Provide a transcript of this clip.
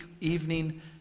evening